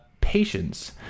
patience